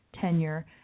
tenure